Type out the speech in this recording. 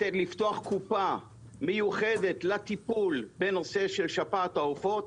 לפתוח קופה מיוחדת לטיפול בנושא של שפעת העופות,